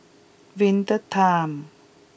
Winter Time